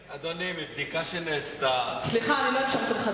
אדוני, מבדיקה שנעשתה, סליחה, אני לא אפשרתי לך.